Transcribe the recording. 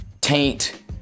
taint